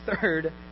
third